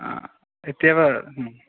इत्येव